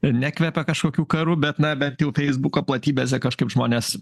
nekvepia kažkokiu karu bet na bent jau feisbuko platybėse kažkaip žmonės